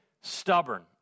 stubborn